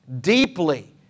deeply